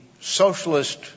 socialist